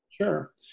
Sure